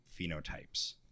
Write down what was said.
phenotypes